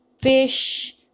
fish